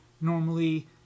normally